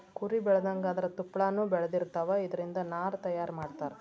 ಕುರಿ ಬೆಳದಂಗ ಅದರ ತುಪ್ಪಳಾನು ಬೆಳದಿರತಾವ, ಇದರಿಂದ ನಾರ ತಯಾರ ಮಾಡತಾರ